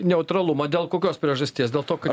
neutralumą dėl kokios priežasties dėl to kad